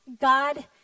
God